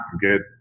good